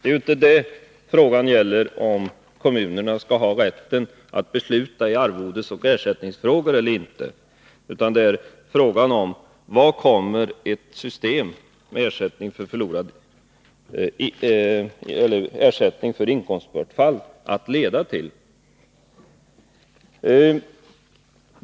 Frågan gäller alltså inte om kommunerna skall ha rätt att besluta i arvodesoch ersättningsfrågor eller inte, utan frågan är om vad ett system med ersättning för inkomstbortfall kommer att leda till.